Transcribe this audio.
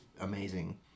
amazing